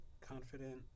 confident